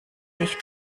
sich